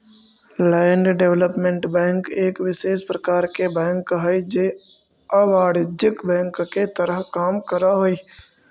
land development bank एक विशेष प्रकार के बैंक हइ जे अवाणिज्यिक बैंक के तरह काम करऽ हइ